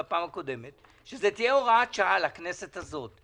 שזאת תהיה הוראת שעה לכנסת הזאת.